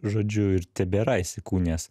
žodžiu ir tebėra įsikūnijęs